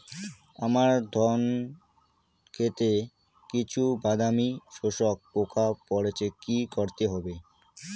আমার ধন খেতে কিছু বাদামী শোষক পোকা পড়েছে কি করতে হবে?